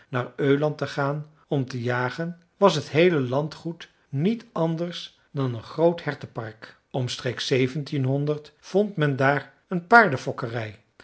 naar öland te gaan om te jagen was het heele landgoed niet anders dan een groot hertenpark omstreeks vond men daar een paardenfokkerij